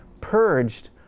purged